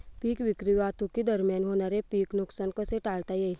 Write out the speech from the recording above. पीक विक्री वाहतुकीदरम्यान होणारे पीक नुकसान कसे टाळता येईल?